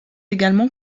également